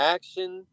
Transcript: Action